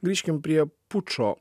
grįžkim prie pučo